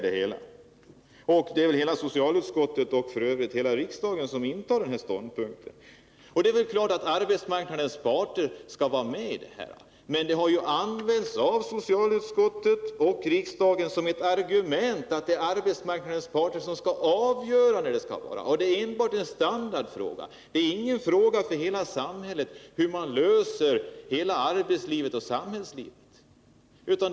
Den ståndpunkten intar f. ö. hela socialutskottet och hela riksdagen. Det är klart att arbetsmarknadens parter skall vara med i sammanhanget. Men socialutskottet och riksdagen har använt det som ett argument mot att göra någonting: Det är arbetsmarknadens parter som skall avgöra när det skall ske. Det är enbart en standardfråga — det är ingen fråga för hela samhället, hur arbetslivet och samhällslivet skall vara ordnat!